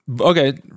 Okay